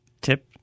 tip